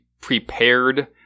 prepared